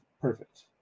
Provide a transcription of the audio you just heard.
perfect